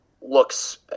looks